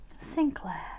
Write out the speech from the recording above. Sinclair